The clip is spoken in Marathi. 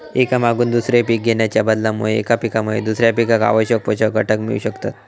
एका मागून दुसरा पीक घेणाच्या बदलामुळे एका पिकामुळे दुसऱ्या पिकाक आवश्यक पोषक घटक मिळू शकतत